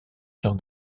sur